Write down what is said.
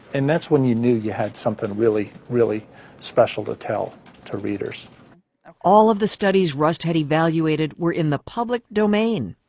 and that's when you knew you had something really, really special to tell to readers. narrator um all of the studies rust had evaluated were in the public domain,